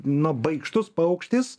nu baikštus paukštis